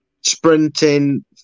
sprinting